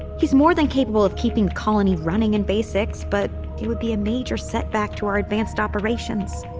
he's more than capable of keeping the colony running in basics, but it would be a major setback to our advanced operations.